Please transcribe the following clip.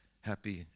happy